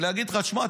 ולהגיד לך: שמע,